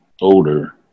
older